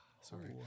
Sorry